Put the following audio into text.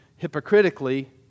hypocritically